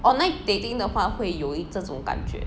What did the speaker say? online dating 的话会有这种感觉